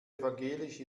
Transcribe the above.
evangelisch